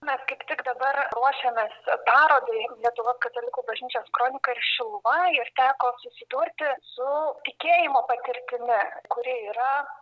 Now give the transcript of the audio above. mes kaip tik dabar ruošiamės parodai lietuvos katalikų bažnyčios kronika ir šiluva ir teko susidurti su tikėjimo patirtimi kuri yra